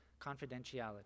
confidentiality